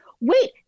wait